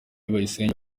bayisenge